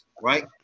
right